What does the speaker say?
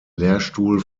lehrstuhl